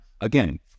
Again